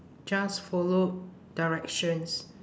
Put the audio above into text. just followed directions